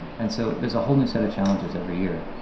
and so there's a whole new set of challenges every year,